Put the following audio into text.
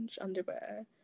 underwear